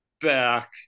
back